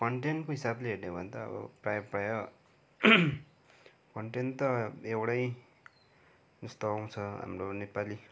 कन्टेन्टको हिसाबले हेऱ्यो भने त अब प्रायः प्रायः कन्टेन्ट त एउटै जस्तो आउँछ हाम्रो नेपाली